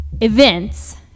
events